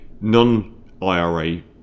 non-IRA